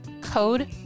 Code